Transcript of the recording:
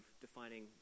defining